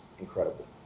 incredible